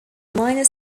minor